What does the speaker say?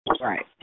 Right